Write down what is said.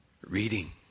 reading